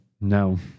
No